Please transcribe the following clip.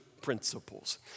principles